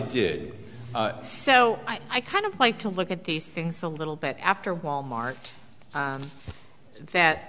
did so i kind of like to look at these things a little bit after wal mart that